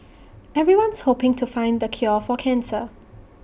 everyone's hoping to find the cure for cancer